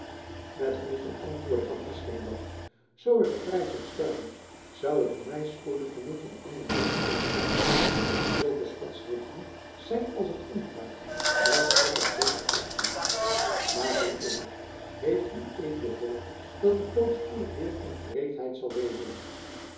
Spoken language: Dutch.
met genoegen antwoordde van espenblad zoo ik er prijs op stelde zoû ik er my spoedig genoeg een ander kunnen aanschaffen zulke schotschriften zijn als het onkruid dat altijd welig opschiet maar hoe is het heeft ued hoop dat de vloot spoedig weder in gereedheid zal wezen